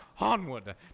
Onward